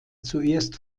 zuerst